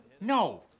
No